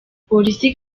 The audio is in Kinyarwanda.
polisi